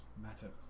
matter